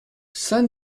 saint